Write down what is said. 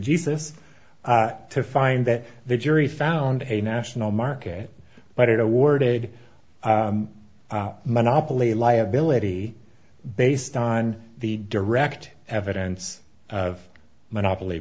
jesus to find that the jury found a national market but it awarded monopoly liability based on the direct evidence of monopoly